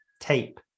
tape